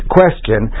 question